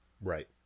right